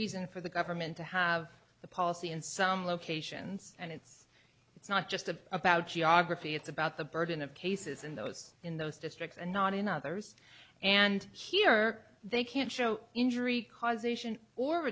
reason for the government to have the policy in some locations and it's it's not just of about geography it's about the burden of cases in those in those districts and not in others and here they can't show injury causation or